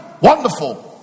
Wonderful